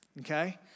okay